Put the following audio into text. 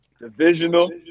Divisional